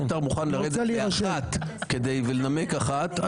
אם אתה מוכן לרדת לאחת ולנמק אחת,